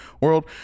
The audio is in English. world